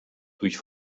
durch